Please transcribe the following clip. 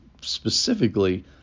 specifically